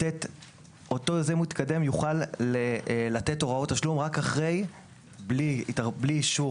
אותו יוזם מתקדם יוכל לתת הוראות תשלום בלי אישור;